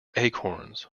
acorns